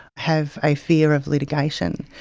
have a fear of litigation,